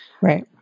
right